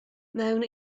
mewn